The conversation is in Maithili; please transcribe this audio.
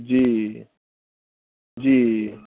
जी जी